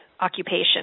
occupation